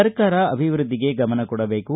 ಸರ್ಕಾರ ಅಭಿವೃದ್ದಿಗೆ ಗಮನ ಕೊಡಬೇಕು